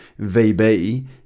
VB